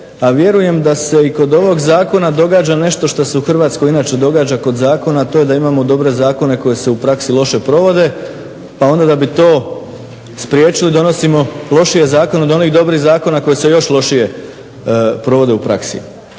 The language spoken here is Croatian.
a vjerujem da se i kod ovog zakona događa nešto što se u Hrvatskoj inače događa kod zakona, a to je da imamo dobre zakone koji se u praksi loše provode, pa onda da bi to spriječili donosimo lošije zakone od onih dobrih zakona koji se još lošije provode u praksi.